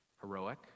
heroic